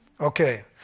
Okay